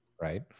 Right